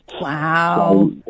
wow